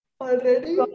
already